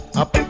up